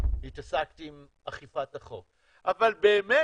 התעסקתי עם אכיפת החוק אבל באמת,